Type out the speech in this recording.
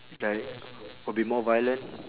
like would be more violent